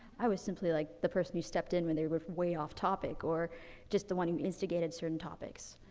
i was simply, like, the person who stepped in when they were way off topic or just the one who instigated certain topics.